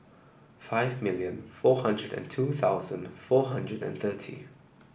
five million four hundred and two thousand four hundred and thirty